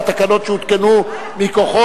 והתקנות שהותקנו מכוחו,